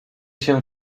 się